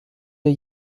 der